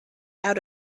out